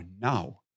now